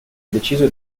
deciso